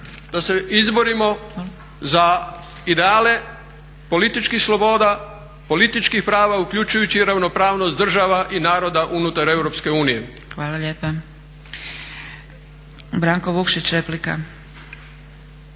da se izborimo za ideale političkih sloboda, političkih prava uključujući i ravnopravnost država i naroda unutar Europske unije? **Zgrebec, Dragica